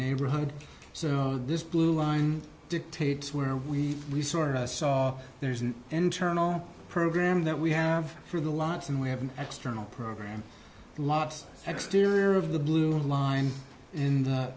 neighborhood so this blue line dictates where we resort i saw there's an internal program that we have through the lots and we have an external program lots exterior of the blue line in the